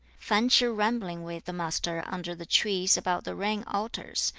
fan ch'ih rambling with the master under the trees about the rain altars,